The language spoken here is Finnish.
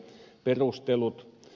perustelut